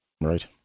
right